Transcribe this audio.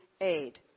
aid